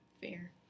fair